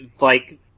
like-